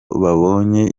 babonye